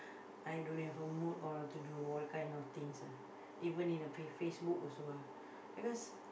I don't have a mood or to do all kind of things ah even in a f~ Facebook also ah because